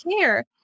care